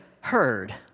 heard